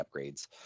upgrades